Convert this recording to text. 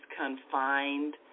confined